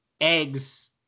Egg's –